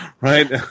Right